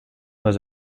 was